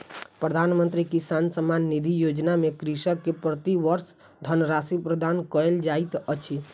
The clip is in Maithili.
प्रधानमंत्री किसान सम्मान निधि योजना में कृषक के प्रति वर्ष धनराशि प्रदान कयल जाइत अछि